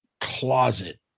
Closet